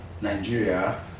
Nigeria